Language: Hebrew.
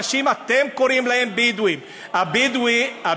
אנשים, אתם קוראים להם בדואים, הבדואי,